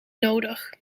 nodig